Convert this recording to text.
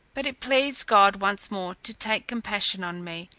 but it pleased god once more to take compassion on me,